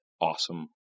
awesome